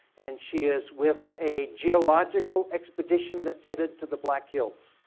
and she is with a geological expedition that's headed to the black hills.